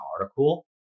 article